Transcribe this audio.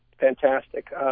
fantastic